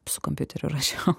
su kompiuteriu rašiau